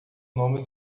nome